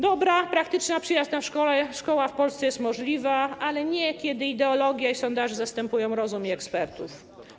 Dobra, praktyczna, przyjazna szkoła w Polsce jest możliwa, ale nie, kiedy ideologia i sondaże zastępują rozum i ekspertów.